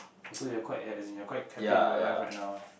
so you're quite as as in you're quite happy with your life right now ah